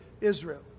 Israel